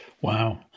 Wow